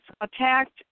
attacked